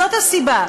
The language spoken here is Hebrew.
זאת הסיבה.